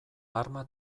arma